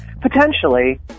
Potentially